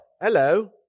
Hello